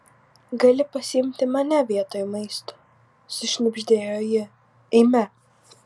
gali pasiimti mane vietoj maisto sušnibždėjo ji eime